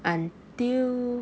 until